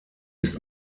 ist